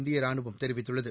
இந்திய ரானுவம் தெரிவித்துள்ளது